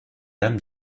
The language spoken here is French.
dame